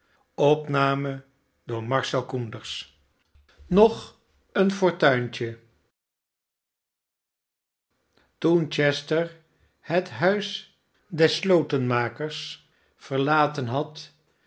nog een fortuintje toen chester het huis des slotenmakers verlaten had